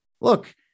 look